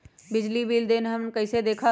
बिजली बिल देल हमन कईसे देखब?